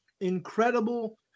incredible